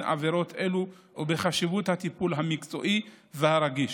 עבירות אלו ובחשיבות הטיפול המקצועי והרגיש.